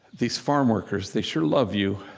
these farm workers, they sure love you.